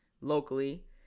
locally